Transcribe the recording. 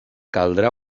caldrà